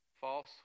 False